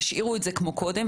תשאירו את זה כמו קודם.